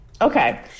Okay